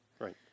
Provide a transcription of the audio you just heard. Right